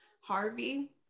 harvey